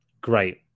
great